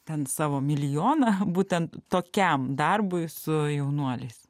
ten savo milijoną būtent tokiam darbui su jaunuoliais